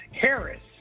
Harris